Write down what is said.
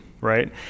right